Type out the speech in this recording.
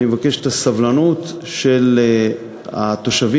אני מבקש את הסבלנות של התושבים,